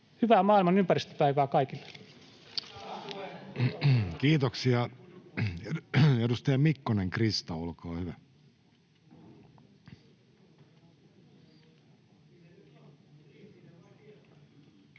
Hyvää maailman ympäristöpäivää kaikille! Kiitoksia. — Edustaja Mikkonen, Krista, olkaa hyvä. Arvoisa